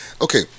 okay